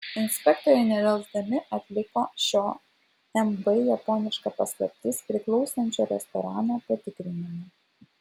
inspektoriai nedelsdami atliko šio mb japoniška paslaptis priklausančio restorano patikrinimą